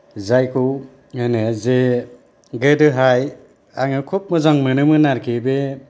जायखौ होनो जे गोदोहाय आङो खोब मोजां मोनोमोन आरोखि बे